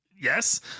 Yes